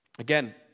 Again